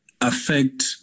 affect